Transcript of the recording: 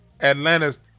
Atlantis